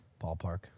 ballpark